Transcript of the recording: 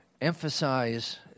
emphasize